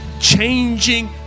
Changing